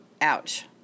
Ouch